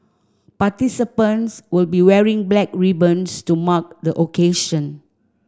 participants will be wearing black ribbons to mark the occasion